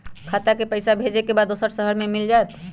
खाता के पईसा भेजेए के बा दुसर शहर में मिल जाए त?